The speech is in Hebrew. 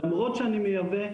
למרות שאני מייבא,